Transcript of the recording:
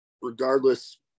regardless